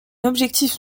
objectif